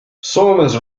soomes